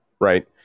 right